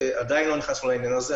עדיין לא נכנסנו לעניין הזה,